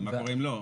ומה קורה אם לא?